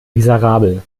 miserabel